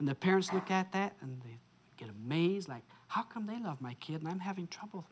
and the parents look at that and they get amazed like how come they love my kid and i'm having trouble